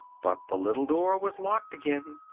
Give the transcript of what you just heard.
but the little door was locked again,